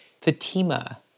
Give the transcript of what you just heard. Fatima